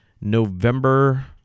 November